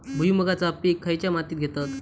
भुईमुगाचा पीक खयच्या मातीत घेतत?